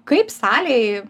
kaip salėj